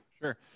Sure